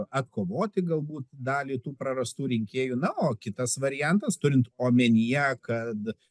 atkovoti galbūt dalį tų prarastų rinkėjų na o kitas variantas turint omenyje kad